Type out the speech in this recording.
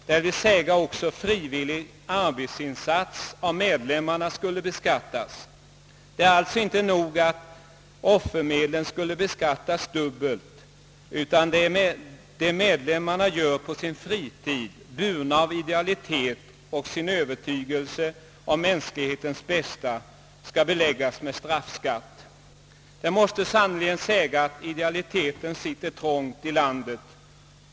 Detta innebär att även frivillig arbetsinsats av medlemmar skulle beskattas, Det är alltså inte nog att offermedlen skall beskattas dubbelt, utan vad medlemmarna gör på sin fritid, burna av sin ideella övertygelse om mänsklighetens bästa, skall beläggas med straffskatt! Idealiteten sitter sannerligen trångt i vårt land.